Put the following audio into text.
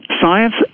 science